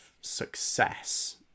success